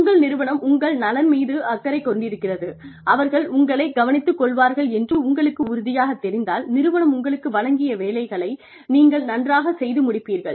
உங்கள் நிறுவனம் உங்கள் நலன் மீது அக்கறை கொண்டிருக்கிறது அவர்கள் உங்களைக் கவனித்துக் கொள்வார்கள் என்று உங்களுக்கு உறுதியாகத் தெரிந்தால் நிறுவனம் உங்களுக்கு வழங்கிய வேலையை நீங்கள் நன்றாகச் செய்து முடிப்பீர்கள்